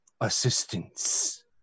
assistance